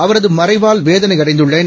அவரதுமறைவால்வே தனைஅடைந்துள்ளேன்